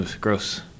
gross